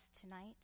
tonight